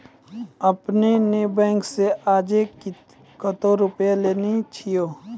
आपने ने बैंक से आजे कतो रुपिया लेने छियि?